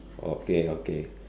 okay okay